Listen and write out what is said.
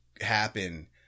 happen